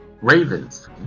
Ravens